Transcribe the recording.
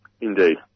Indeed